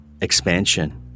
expansion